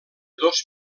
dos